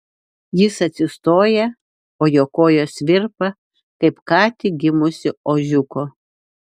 jis atsistoja o jo kojos virpa kaip ką tik gimusio ožiuko